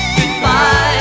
Goodbye